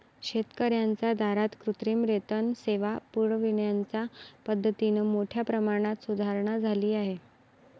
शेतकर्यांच्या दारात कृत्रिम रेतन सेवा पुरविण्याच्या पद्धतीत मोठ्या प्रमाणात सुधारणा झाली आहे